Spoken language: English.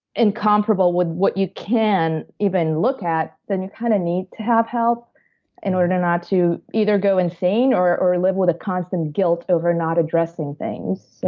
incomparable with what you can even look at, then you kind of need to have help in order not to either go insane or or live with a constant guilt over not addressing things.